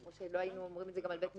כמו שלא היינו אומרים את זה גם על בית משפט,